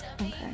Okay